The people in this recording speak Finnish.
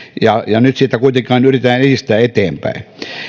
ja nyt sitä yritetään edistää eteenpäin